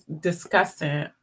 discussing